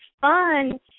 fun